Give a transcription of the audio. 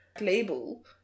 label